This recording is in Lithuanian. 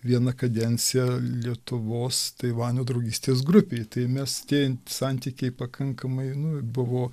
vieną kadenciją lietuvos taivanio draugystės grupei tai mes tie santykiai pakankamai nu buvo